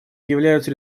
являются